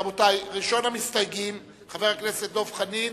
רבותי, ראשון המסתייגים, חבר הכנסת דב חנין,